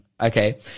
okay